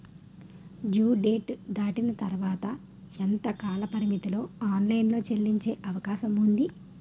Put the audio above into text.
Due date దాటిన తర్వాత ఎంత కాలపరిమితిలో ఆన్ లైన్ లో చెల్లించే అవకాశం వుంది?